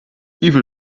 even